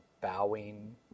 bowing